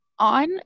on